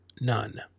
none